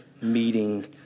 meeting